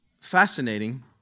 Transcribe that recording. fascinating